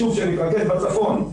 בצפון.